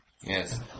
Yes